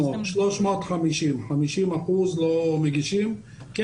300. 350. 50 אחוזים לא מגישים את המסמכים